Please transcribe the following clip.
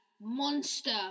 monster